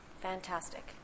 Fantastic